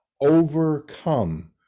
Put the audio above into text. overcome